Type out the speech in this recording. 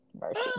mercy